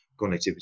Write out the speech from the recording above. connectivity